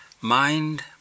mind